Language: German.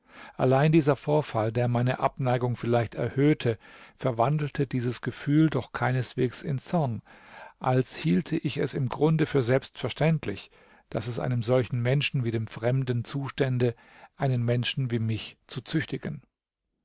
allein dieser vorfall der meine abneigung vielleicht erhöhte verwandelte dieses gefühl doch keineswegs in zorn als hielte ich es im grunde für selbstverständlich daß es einem solchen menschen wie dem fremden zustände einen menschen wie mich zu züchtigen